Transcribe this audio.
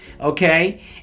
okay